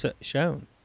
shown